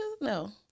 No